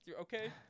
okay